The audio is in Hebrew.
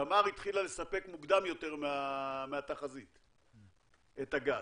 תמר התחילה לספק מוקדם יותר מהתחזית את הגז.